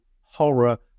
horror